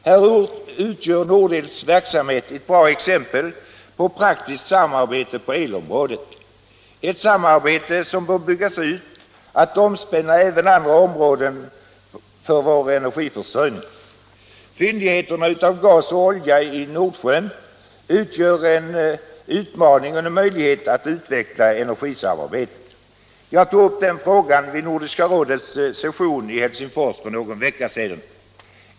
Här utgör Nordels verksamhet ett bra exempel på praktiskt samarbete på elområdet. Det samarbetet bör byggas ut till att omspänna även andra områden för vår energiförsörjning. Fyndigheterna av gas och olja i Nordsjön utgör en utmaning och en möjlighet att utveckla energisamarbetet. Jag tog upp den frågan vid Nordiska rådets session i Helsingfors för någon vecka sedan.